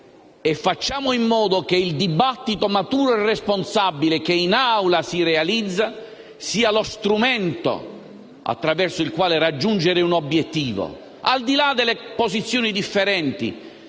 e facciamo in modo che il dibattito maturo e responsabile che in quest'Assemblea si realizza sia lo strumento attraverso il quale raggiungere un obiettivo, al di là delle posizioni differenti,